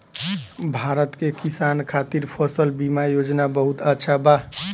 भारत के किसान खातिर फसल बीमा योजना बहुत अच्छा बा